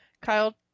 Kyle